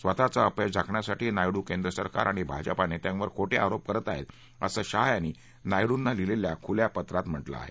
स्वतःच अपयश झाकण्यासाठी नायट्र केंद्रसरकार आणि भाजपा नेत्यांवर खोटे आरोप करत आहेत असं शहा यांनी नाय ्रिका लिहिलेल्या खुल्या पत्रात म्हटलं आहे